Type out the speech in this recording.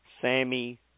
Sammy